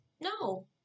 No